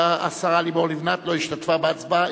התשע"ב 2012,